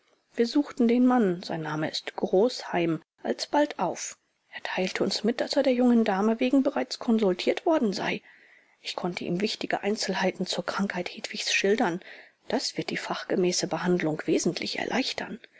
wir suchten den mann sein name ist großheim alsbald auf er teilte uns mit daß er der jungen dame wegen bereits konsultiert worden sei ich konnte ihm wichtige einzelheiten zur krankheit hedwigs schildern das wird die fachgemäße behandlung wesentlich erleichtern